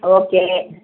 okay